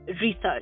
Research